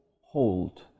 hold